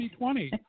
2020